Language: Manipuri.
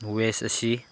ꯋꯦꯁ ꯑꯁꯤ